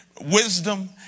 wisdom